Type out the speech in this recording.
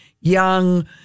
Young